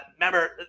Remember